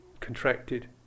contracted